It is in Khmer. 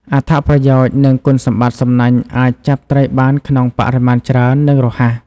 អត្ថប្រយោជន៍ និងគុណសម្បត្តិសំណាញ់អាចចាប់ត្រីបានក្នុងបរិមាណច្រើន និងរហ័ស។